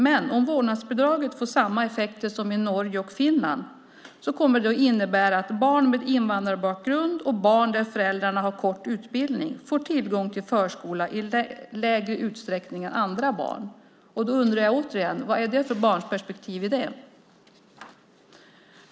Men om vårdnadsbidraget får samma effekter som i Norge och Finland kommer det att innebära att barn med invandrarbakgrund och barn till föräldrar med kort utbildning i mindre utsträckning än andra barn får tillgång till förskola. Återigen undrar jag därför: Vad är det för barnperspektiv i det?